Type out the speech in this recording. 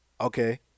Okay